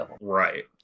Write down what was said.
Right